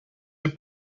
een